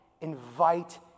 Invite